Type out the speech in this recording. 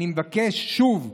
אני מבקש שוב,